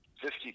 Fifty